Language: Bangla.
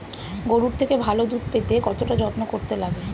গরুর থেকে ভালো দুধ পেতে কতটা যত্ন করতে লাগে